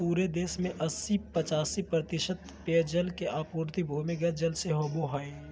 पूरे देश में अस्सी पचासी प्रतिशत पेयजल के आपूर्ति भूमिगत जल से होबय हइ